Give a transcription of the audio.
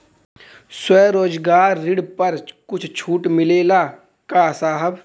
स्वरोजगार ऋण पर कुछ छूट मिलेला का साहब?